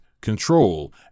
control